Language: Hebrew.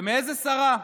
ומאיזו שרה?